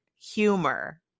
humor